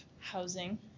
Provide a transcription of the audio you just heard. housing